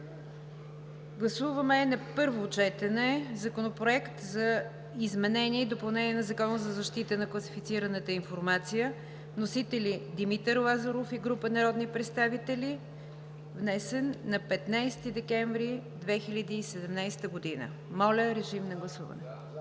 Гласуваме на първо четене Законопроект за изменение и допълнение на Закона за защита на класифицираната информация. Вносители са Димитър Лазаров и група народни представители, внесен е на 15 декември 2017 г. Гласували